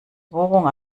bohrung